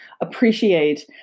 appreciate